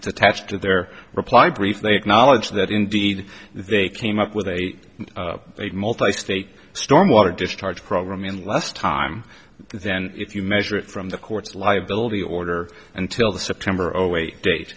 attached to their reply brief they acknowledge that indeed they came up with a multi state stormwater discharge program in less time than if you measure it from the court's liability order until the september or wait date